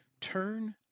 turn